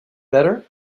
better